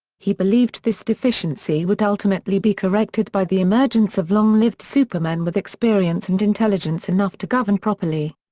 he believed this deficiency would ultimately be corrected by the emergence of long-lived supermen with experience and intelligence enough to govern properly.